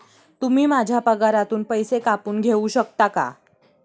तुम्ही माझ्या पगारातून पैसे कापून घेऊ शकता का?